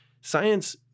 science